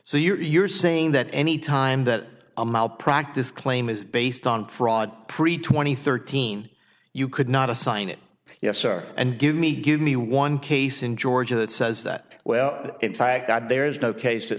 so you're saying that any time that a malpractise claim is based on fraud pre twenty thirteen you could not assign it yes or and give me give me one case in georgia that says that well if i got there's no case it